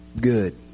good